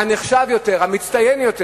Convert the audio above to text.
הנחשב יותר, המצטיין יותר.